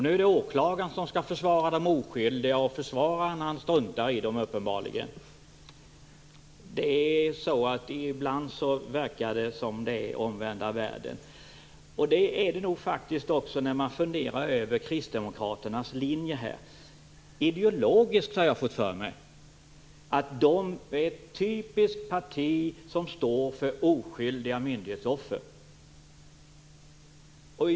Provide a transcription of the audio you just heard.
Nu är det åklagaren som skall försvara de oskyldiga medan försvararen uppenbarligen struntar i dem. Ibland verkar det som att det är omvända världen. Jag funderar här över kristdemokraternas linje. Jag har fått för mig att ideologiskt är det ett typiskt parti som ställer upp för oskyldiga myndighetsoffer.